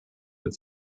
mit